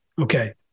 Okay